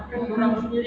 mmhmm